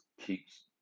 keeps